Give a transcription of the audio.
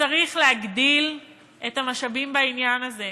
וצריך להגדיל את המשאבים בעניין זה,